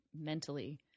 mentally